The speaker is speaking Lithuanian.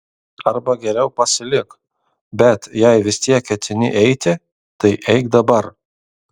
arba geriau pasilik bet jei vis tiek ketini eiti tai eik dabar